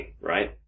right